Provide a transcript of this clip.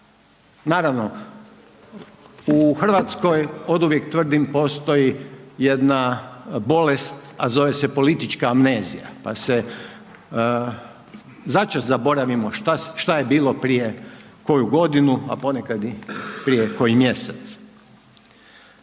Naravno, u Hrvatskoj oduvijek tvrdim postoji jedna bolest, a zove politička amnezija, pa se, začas zaboravimo šta je bilo koju godinu, a ponekad i prije koji mjesec.